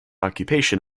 occupation